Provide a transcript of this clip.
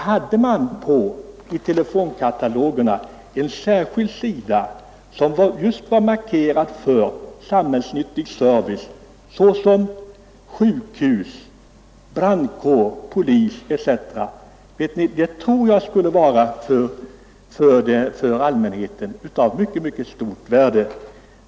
Hade man i telefonkatalogerna en särskild sida som just var reserverad för samhällsnyttig service, såsom sjukhus, brandkår, polis etc., tror jag att det skulle vara av mycket stort värde för allmänheten.